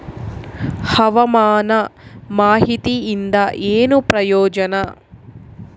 ಹವಾಮಾನ ಮಾಹಿತಿಯಿಂದ ಏನು ಪ್ರಯೋಜನ?